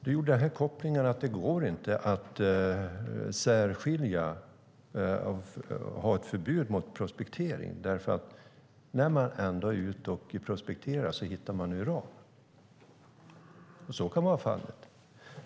Du sade att det inte går att ha ett förbud mot prospektering, därför att när man ändå är ute och prospekterar hittar man uran, och så kan vara fallet.